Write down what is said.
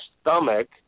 stomach